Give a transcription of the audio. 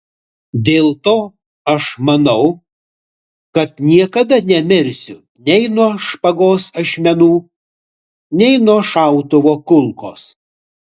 dėl to aš manau kad niekada nemirsiu nei nuo špagos ašmenų nei nuo šautuvo kulkos